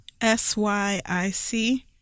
S-Y-I-C